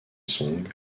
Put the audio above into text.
song